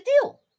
deal